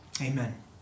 Amen